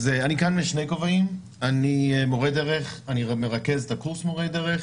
אני רק אומר שבעוד רגע אני מניח שנשמע מגורמי התיירות